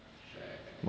shag